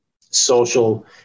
social